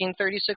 1936